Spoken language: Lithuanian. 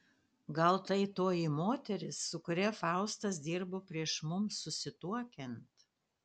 gal tai toji moteris su kuria faustas dirbo prieš mums susituokiant